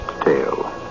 tale